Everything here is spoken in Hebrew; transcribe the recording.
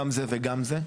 גם זה וגם זה.